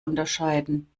unterscheiden